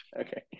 Okay